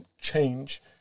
change